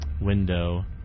window